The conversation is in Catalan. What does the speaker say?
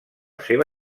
seva